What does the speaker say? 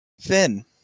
Finn